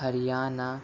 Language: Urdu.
ہریانہ